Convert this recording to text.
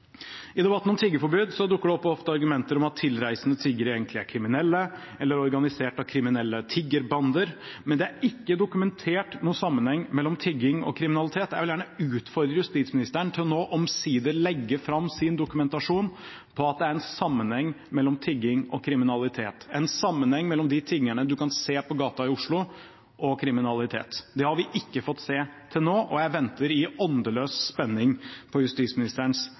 I debatten om tiggeforbud dukker det ofte opp argumenter om at tilreisende tiggere egentlig er kriminelle eller organisert av kriminelle tiggerbander, men det er ikke dokumentert noen sammenheng mellom tigging og kriminalitet. Jeg vil gjerne utfordre justisministeren til nå omsider å legge fram sin dokumentasjon på at det er en sammenheng mellom tigging og kriminalitet – en sammenheng mellom de tiggerne man kan se på gaten i Oslo, og kriminalitet. Det har vi ikke fått se til nå, og jeg venter i åndeløs spenning på justisministerens